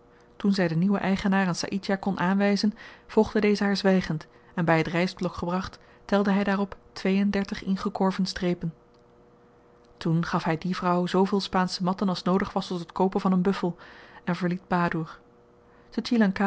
toen zy den nieuwen eigenaar aan saïdjah kon aanwyzen volgde deze haar zwygend en by t rystblok gebracht telde hy daarop twee en dertig ingekorven strepen toen gaf hy die vrouw zooveel spaansche matten als noodig was tot het koopen van een buffel en verliet badoer